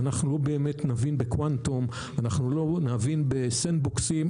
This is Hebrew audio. אנחנו לא באמת נבין בקוונטום או בארגזי החול,